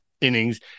innings